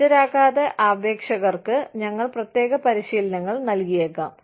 സജ്ജരാകാത്ത അപേക്ഷകർക്ക് ഞങ്ങൾ പ്രത്യേക പരിശീലനങ്ങൾ നൽകിയേക്കാം